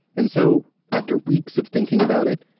and so, after weeks of thinking about it,